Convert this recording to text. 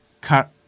cut